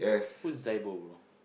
who's Zaibo bro